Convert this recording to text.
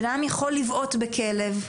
אדם יכול לבעוט בכלב,